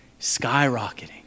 skyrocketing